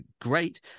great